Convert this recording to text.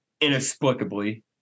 inexplicably